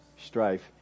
strife